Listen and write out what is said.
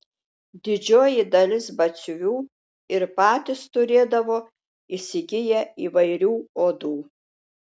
didžioji dalis batsiuvių ir patys turėdavo įsigiję įvairių odų